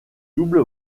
double